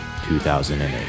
2008